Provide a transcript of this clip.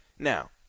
Now